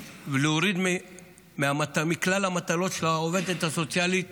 ולהוריד מכלל המטלות של העובדת הסוציאלית